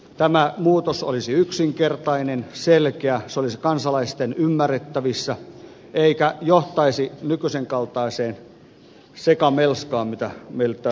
tämä muutos olisi yksinkertainen selkeä se olisi kansalaisten ymmärrettävissä eikä johtaisi nykyisen kaltaiseen sekamelskaan mitä meille täällä ehdotetaan